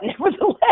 nevertheless